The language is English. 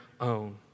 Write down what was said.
own